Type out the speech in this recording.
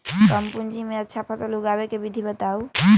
कम पूंजी में अच्छा फसल उगाबे के विधि बताउ?